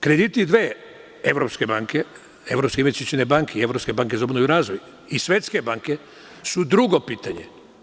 Krediti dve evropske banke, Evropske investicione banke i Evropske banke za obnovu i razvoj i Svetske banke su drugo pitanje.